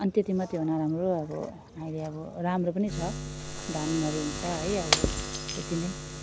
अनि त्यति मात्र हो नराम्रो अब अहिले अब राम्रो पनि छ धानहरू हुन्छ है अब त्यति नै